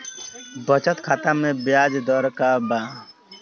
बचत खाता मे ब्याज दर का बा?